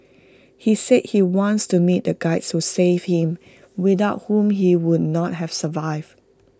he said he wants to meet the Guides who saved him without whom he would not have survived